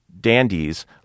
dandies